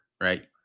Right